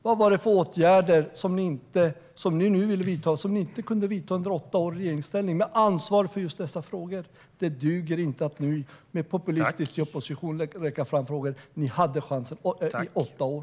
Vad är det för åtgärder som ni nu vill vidta som ni inte kunde vidta under åtta år i regeringsställning med ansvar för just dessa frågor? Det duger inte att nu populistiskt i opposition lyfta fram frågor. Ni hade chansen i åtta år.